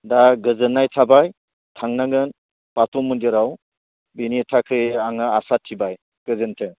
दा गोजोननाय थाबाय थांनांगोन बाथौ मन्दिराव बिनि थाखै आङो आसा थिबाय गोजोन्थों